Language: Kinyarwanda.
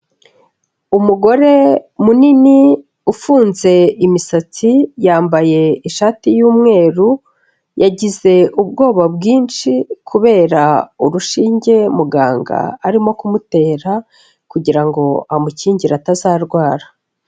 Umugore munini ufunze imisatsi yambaye ishati y'umweru, yagize ubwoba bwinshi kubera urushinge muganga arimo kumutera kugira ngo amukingire atazarwara.